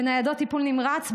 בניידות טיפול נמרץ,